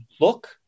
look